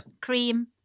Cream